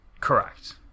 Correct